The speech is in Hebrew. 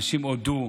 אנשים הודו,